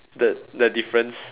the the difference